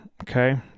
okay